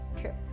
True